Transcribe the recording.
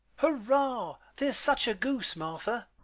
hurrah! there's such a goose, martha!